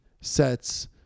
sets